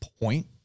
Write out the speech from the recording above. point